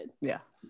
Yes